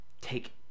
take